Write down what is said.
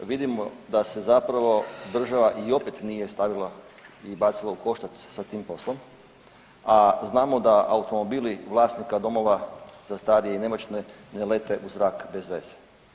Vidimo da se zapravo država i opet nije stavila i bacila u koštac sa tim poslom, a znamo da automobili vlasnika domova za starije i nemoćne ne lete u zrak bezveze.